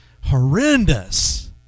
horrendous